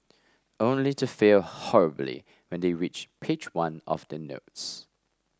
only to fail horribly when they reach page one of the notes